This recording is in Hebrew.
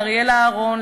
לאריאלה אהרון,